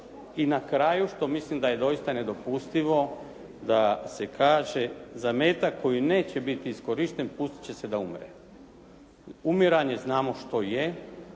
i na kraju što mislim da je doista nedopustivo da se kaže: «Zametak koji neće biti iskorišten pustit će se da umre.» Umiranje znamo što je.